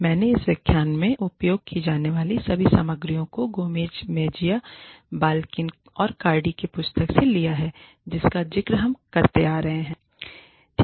मैंने इस व्याख्यान में उपयोग की जाने वाली सभी सामग्रियों को गोमेज़ मेजिया बाल्किन और कार्डी की पुस्तक से लिया है जिसका जिक्र हम करते आ रहे हैं